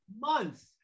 Months